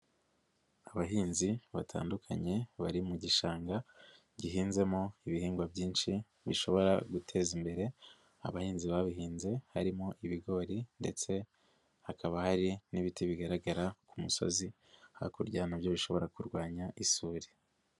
Abahinzi batandukanye bari mu gishanga gihinzemo ibihingwa byinshi bishobora guteza imbere abahinzi babihinze harimo ibigori ndetse hakaba hari n'ibiti bigaragara ku musozi hakurya na byo bishobora kurwanya isuri.